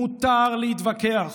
מותר להתווכח,